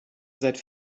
seit